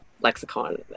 lexicon